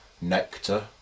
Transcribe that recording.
Nectar